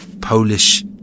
Polish